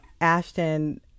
Ashton